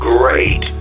Great